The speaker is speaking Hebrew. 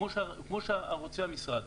כמו שרוצה המשרד.